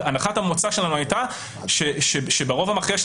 הנחת המוצא שלנו הייתה שברוב המכריע של